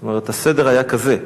זאת אומרת, הסדר היה כזה: